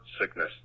sickness